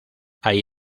ahí